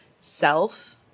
self